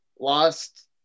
lost